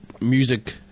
music